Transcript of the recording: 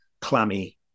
clammy